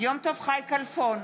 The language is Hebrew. יום טוב חי כלפון,